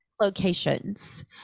locations